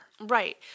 Right